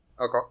Okay